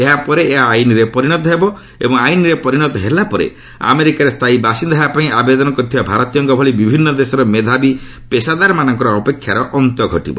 ଏହା ପରେ ଏହା ଆଇନରେ ପରିଣତ ହେବ ଏବଂ ଆଇନରେ ପରିଣତ ହେଲା ପରେ ଆମେରିକାରେ ସ୍ଥାୟୀ ବାସିନ୍ଦା ହେବା ପାଇଁ ଆବେଦନ କରିଥିବା ଭାରତୀୟଙ୍କ ଭଳି ବିଭିନ୍ନ ଦେଶର ମେଧାବୀ ପେଶାଦାରମାନଙ୍କର ଅପେକ୍ଷାର ଅନ୍ତ ଘଟିବ